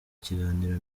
kiganiro